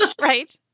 right